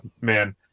man